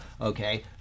okay